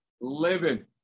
living